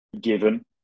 given